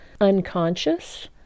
unconscious